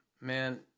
man